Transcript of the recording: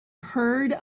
heard